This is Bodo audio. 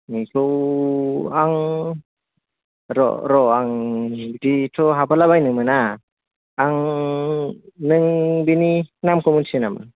नोंखौ आं र' र' आं बिदिथ' हाबहोला बायनो मोना आं नों बिनि नामखौ मिथियो नामा